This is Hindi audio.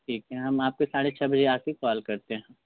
ठीक है हम वहाँ पर साढ़े छ बजे आकर कॉल करते हैं